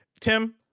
Tim